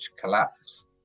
collapsed